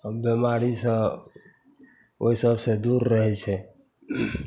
आओर बेमारीसे ओहि सबसे दूर रहै छै